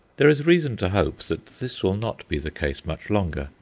there is reason to hope that this will not be the case much longer.